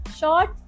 short